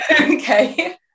Okay